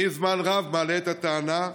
אני זמן רב מעלה את הטענה,